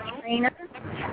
trainer